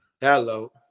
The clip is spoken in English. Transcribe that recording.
Hello